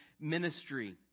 ministry